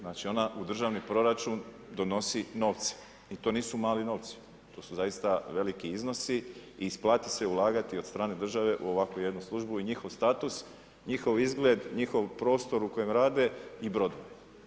Znači ona u državni proračun, donosi novce i to nisu mali novci, to su zaista veliki iznosi i isplati se ulagati od strane države u ovakvu jednu službu i njihov status, njihov izgled, njihov prostor u kojem rade i brod.